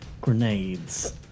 grenades